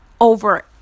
over